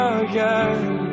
again